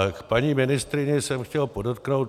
K paní ministryni jsem chtěl podotknout.